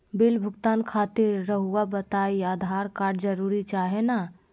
Bill भुगतान खातिर रहुआ बताइं आधार कार्ड जरूर चाहे ना?